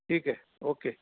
ठीक आहे ओके